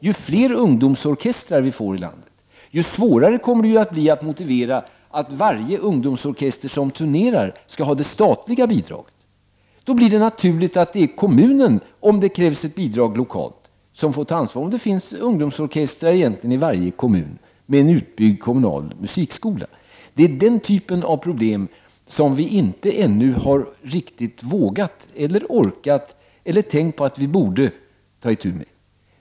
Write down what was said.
Ju fler ungdomsorkestrar vi får i landet, desto svårare kommer det att bli att motivera att varje ungdomsorkester som turnerar skall ha det statliga bidraget. Då blir det naturligt att kommunen, om det krävs ett bidrag lokalt, får ta ansvar. Detta kan bli fallet om det finns ungdomsorkestrar i varje kommun med en utbyggd kommunal musikskola. Det är den typen av problem som vi ännu inte riktigt vågat, orkat eller tänkt på att vi borde ta itu med.